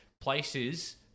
places